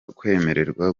kwemererwa